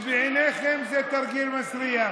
ובעיניכם זה תרגיל מסריח.